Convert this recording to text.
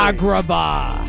Agrabah